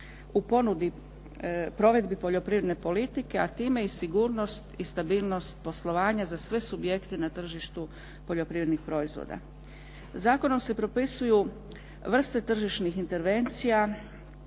u ponudi provedbi poljoprivredne politike, a time sigurnost i stabilnost poslovanja za sve subjekte na tržištu poljoprivrednih proizvoda. Zakonom se propisuju vrste tržišnih intervencija,